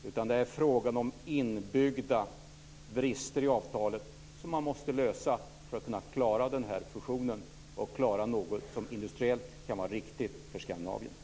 Det är i stället fråga om inbyggda brister i avtalet som man måste lösa för att klara fusionen och klara något som industriellt kan vara riktigt för Skandinavien.